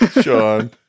Sean